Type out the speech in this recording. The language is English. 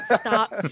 stop